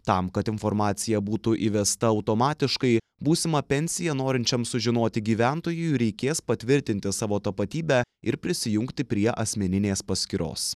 tam kad informacija būtų įvesta automatiškai būsimą pensiją norinčiam sužinoti gyventojui reikės patvirtinti savo tapatybę ir prisijungti prie asmeninės paskyros